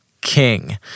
king